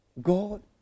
God